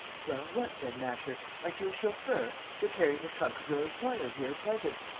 well, what then, masher? aren't you a chauffeur? you're carrying the trunk of your employer here present,